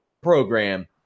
program